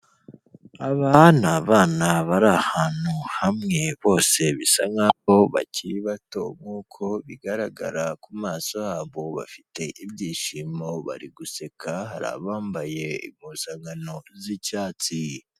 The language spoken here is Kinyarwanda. Aba ni abana bari ahantu hamwe bose bisa nkaho bakiri bato nk'uko bigaragara ku maso yabo bafite ibyishimo, bari guseka. Hari abambaye impuzankano z'icyatsi.